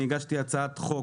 אני הגשתי הצעת חוק,